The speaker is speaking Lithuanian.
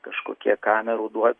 kažkokie kamerų duoti